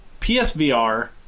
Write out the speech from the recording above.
PSVR